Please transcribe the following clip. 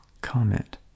comment